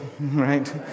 right